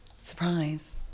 Surprise